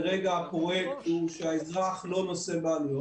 כרגע הפרויקט הוא שהאזרח לא נושא בעלויות.